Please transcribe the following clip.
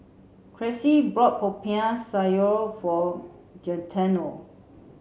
Cressie bought Popiah Sayur for Gaetano